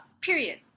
Period